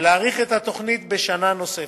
ולהאריך את התוכנית בשנה נוספת.